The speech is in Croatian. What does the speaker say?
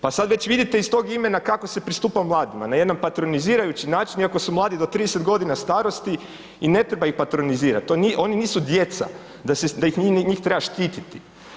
Pa sad već vidite iz tog imena kako se pristupa mladima, na jedan patronizirajući način, iako su mladi do 30 godina starosti i ne treba ih patronizirati, oni nisu djeca da se njih treba štititi.